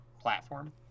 platform